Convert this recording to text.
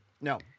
no